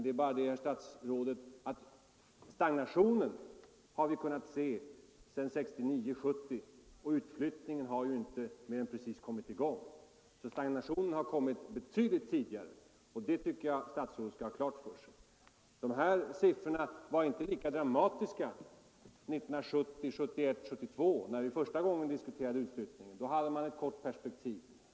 Det är bara det, herr statsråd, att den stagnationen har vi kunnat se sedan 1969-1970, och utflyttningen har ju inte mer än precis kommit i gång. Stagnationen har alltså kommit betydligt tidigare, och detta tycker jag att statsrådet bör ha klart för sig. Siffrorna var inte lika dramatiska 1970, 1971 och 1972, när vi första gången diskuterade utflyttningen. Då hade man ett kort perspektiv.